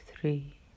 three